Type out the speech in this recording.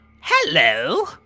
hello